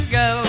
go